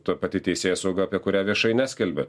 ta pati teisėsauga apie kurią viešai neskelbia